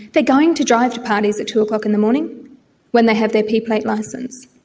they're going to drive to parties at two o'clock in the morning when they have their p plate licence.